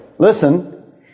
Listen